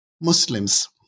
Muslims